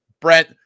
Brent